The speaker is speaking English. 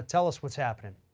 tell us what's happening.